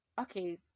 okay